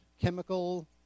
chemical